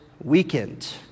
weekend